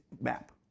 map